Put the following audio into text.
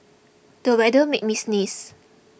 the weather made me sneeze